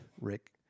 Rick